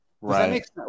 right